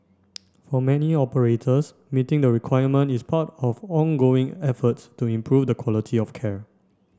for many operators meeting the requirement is part of ongoing efforts to improve the quality of care